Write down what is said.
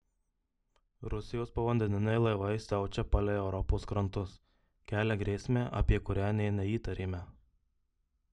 rusijos povandeniniai laivai siaučia palei europos krantus kelia grėsmę apie kurią nė neįtarėme